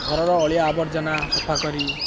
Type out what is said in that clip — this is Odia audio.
ଘରର ଅଳିଆ ଆବର୍ଜନା ସଫା କରି